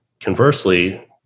conversely